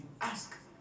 Ask